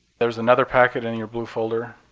there's another packet in your blue folder.